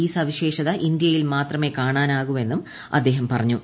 ഈ സവിശേഷത ഇന്ത്യയിൽ മാത്രമേ കാണാനാകു എന്നും അദ്ദേഹം പറഞ്ഞു